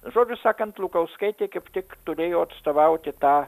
žodžiu sakant lukauskaitė kaip tik turėjo atstovauti tą